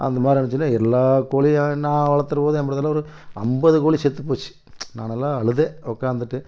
அந்த மாதிரி வந்துச்சுன்னா எல்லா கோழியும் நான் வளர்த்துறதுல நம்பளுதில் ஒரு ஐம்பது கோழி செத்து போச்சு நான் நல்லா அழுதேன் உக்காந்துட்டு